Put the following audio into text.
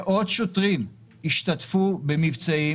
מבצעים עם מאות שוטרים שהשתתפו במבצעים